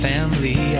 Family